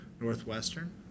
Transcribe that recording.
Northwestern